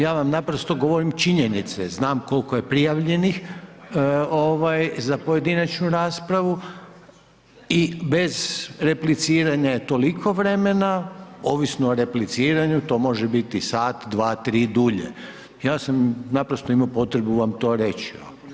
Ja vam naprosto govorim činjenice znam koliko je prijavljenih ovaj za pojedinačnu raspravu i bez repliciranja je toliko vremena, ovisno o repliciranju to može bit sat, dva, tri dulje, ja sam naprosto imao potrebu vam to reći.